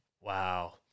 Wow